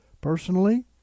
Personally